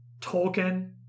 Tolkien